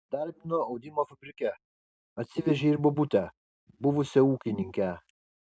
įsidarbino audimo fabrike atsivežė ir bobutę buvusią ūkininkę